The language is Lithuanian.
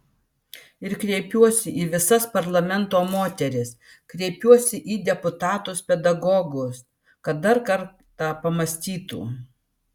ir kreipiuosi į visas parlamento moteris kreipiuosi į deputatus pedagogus kad dar kartą pamąstytų